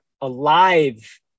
alive